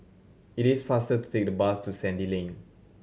it is faster to take the bus to Sandy Lane